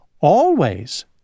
Always